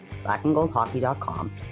blackandgoldhockey.com